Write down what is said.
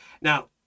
now